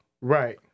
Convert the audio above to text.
Right